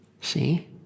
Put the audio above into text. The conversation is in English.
See